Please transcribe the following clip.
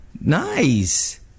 Nice